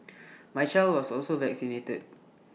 my child was also vaccinated